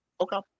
Okay